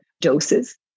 doses